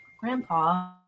Grandpa